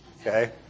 okay